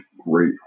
great